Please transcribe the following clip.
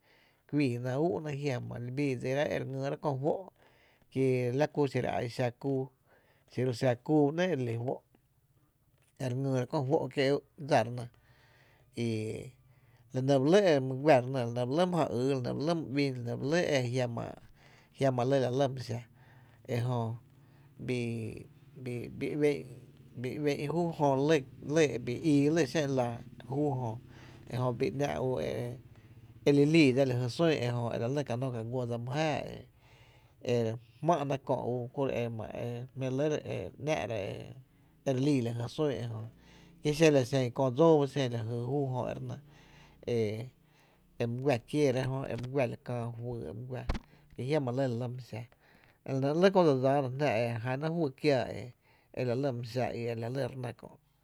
Kuíi náá’ ú’náá’ jiama’ li bii dsiráá’ e re ngyyrá’ ko juó’ ki la ku ro xiro a e xa kúú, xiro xa kúu ba ‘nɇ’ e dse li juó’ e re ngyy rá’ ko juó’ kié’ dsa re nɇ kie’ la nɇ ba lɇ e my guá re nɇ, la nɇ ba lɇ e my ja yy la nɇ ba lɇ e jiama’, jiama lɇ la lɇ my xa e jö bii bii, bii ué’n júu jö lɇ, bii ii lɇ xé’n la juú jö e jö bii ‘nⱥ’ ú e li líi ga na la jy sun ejö e la lɇ ka nó ka guó dsa mý jáaá e re jmá’na kö’ ú kuro’ e ma e jmpi’ re lɇ re ‘nⱥ’ra e re líi la jy sun ejö ki xen la xen köö dsóo ba xen júu jö e e my guⱥ kieera jö e my guⱥ la kää juyy re fáá’ra ki jiama lɇ la lɇ my jáaá e la nɇ ‘nɇɇ’ lɇ köö dse dsáana e jána juyy kiäa e la lɇ my xa i re la lɇ re nɇ kö’.